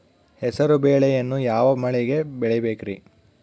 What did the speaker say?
ಹೆಸರುಬೇಳೆಯನ್ನು ಯಾವ ಮಳೆಗೆ ಬೆಳಿಬೇಕ್ರಿ?